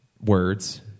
words